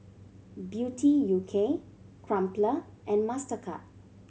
Beauty U K Crumpler and Mastercard